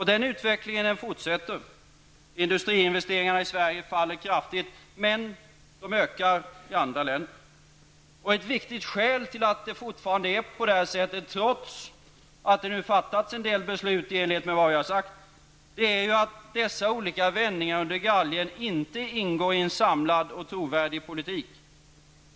Denna utveckling fortsätter. Industriinvesteringarna i Sverige faller kraftigt, medan de ökar i andra länder. Ett viktigt skäl till att det fortfarande är på det sättet, trots att det nu fattats en del beslut i enlighet med vad vi har sagt, är att dessa olika vändningar under galgen inte ingår i en samlad och trovärdig politik.